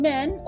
Men